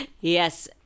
Yes